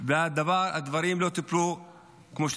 והדברים לא טופלו כמו שצריך.